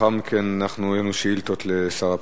לאחר מכן אנחנו עם שאילתות לשר הפנים.